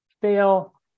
fail